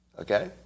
okay